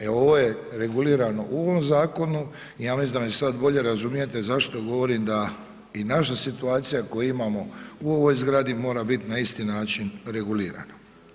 E ovo je regulirano u ovom zakonu i ja mislim da me sad bolje razumijete zašto govorim da i naša situacija koju imamo u ovoj zgradi mora biti na isti način regulirana.